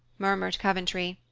murmured coventry.